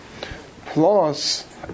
Plus